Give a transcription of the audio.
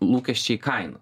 lūkesčiai kainų